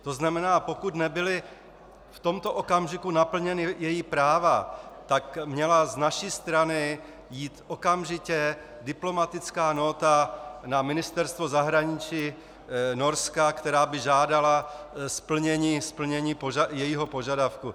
To znamená, pokud nebyla v tomto okamžiku naplněna její práva, tak měla z naší strany jít okamžitě diplomatická nóta na Ministerstvo zahraničí Norska, která by žádala splnění jejího požadavku.